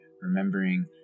remembering